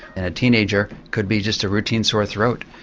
and a teenager could be just a routine sore throat.